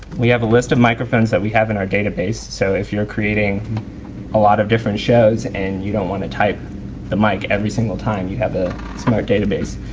we have a list of microphones that we have in our database, so if you're creating a lot of different shows and you don't want to type the mic every single time you have a smart database.